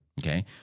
okay